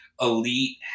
Elite